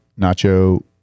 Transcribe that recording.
Nacho